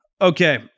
Okay